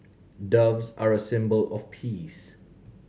doves are a symbol of peace